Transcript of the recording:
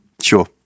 sure